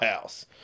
house